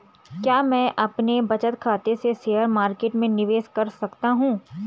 क्या मैं अपने बचत खाते से शेयर मार्केट में निवेश कर सकता हूँ?